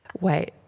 Wait